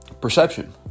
perception